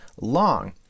long